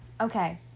Okay